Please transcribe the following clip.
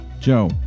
Joe